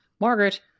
Margaret